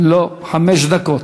חמש דקות.